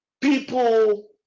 people